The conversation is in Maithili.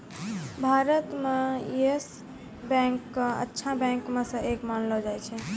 भारत म येस बैंक क अच्छा बैंक म स एक मानलो जाय छै